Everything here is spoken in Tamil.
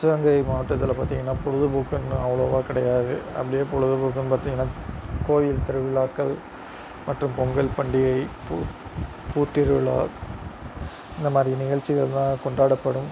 சிவகங்கை மாவட்டத்தில் பார்த்தீங்கன்னா பொழுதுபோக்குன்னு அவ்வளவா கிடையாது அப்படியே பொழுதுபோக்குன்னு பார்த்திங்கனா கோயில் திருவிழாக்கள் மற்றும் பொங்கல் பண்டிகை பூ பூத்திருவிழா இந்தமாதிரி நிகழ்ச்சிகள்தான் கொண்டாடப்படும்